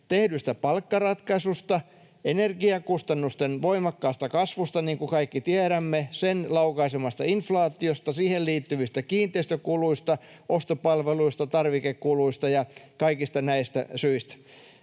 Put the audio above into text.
tehdyistä palkkaratkaisuista, energiakustannusten voimakkaasta kasvusta, niin kuin kaikki tiedämme, sen laukaisemasta inflaatiosta, siihen liittyvistä kiinteistökuluista, ostopalveluista, tarvikekuluista ja kaikista näistä syistä.